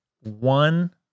one